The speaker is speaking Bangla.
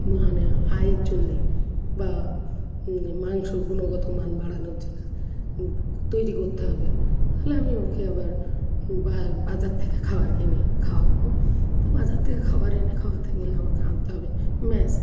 না নায়া আয়ের জন্যে বা মাংসর গুণগত মান বাড়ানোর জন্য কো তৈরি করতে হবে তালে আমি ওকে আবার বাজার থেকে খাওয়ার কিনে খাওয়াবো তা বাজার থেকে খাওয়ার এনে খাওয়াতে গেলে আমাকে আনতে হবে ম্যাস